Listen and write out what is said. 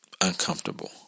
uncomfortable